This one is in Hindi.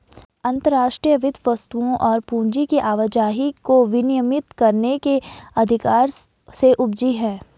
अंतर्राष्ट्रीय वित्त वस्तुओं और पूंजी की आवाजाही को विनियमित करने के अधिकार से उपजी हैं